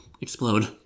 explode